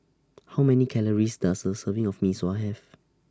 How Many Calories Does A Serving of Mee Sua Have